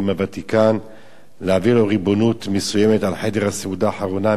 להעביר לו ריבונות מסוימת על חדר הסעודה האחרונה מעל קבר דוד בהר-ציון.